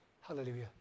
hallelujah